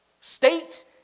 state